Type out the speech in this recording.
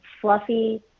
fluffy